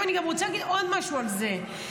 אני רוצה להגיד עוד משהו על זה: